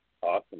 Awesome